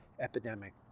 epidemic